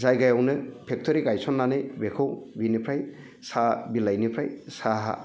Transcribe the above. जायगायावनो फेक्टरि गायसननानै बेखौ बिनिफ्राय साहा बिलाइनिफ्राय साहा